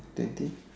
twenty